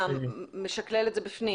אתה משקלל את זה בפנים,